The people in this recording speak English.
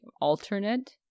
alternate